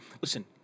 Listen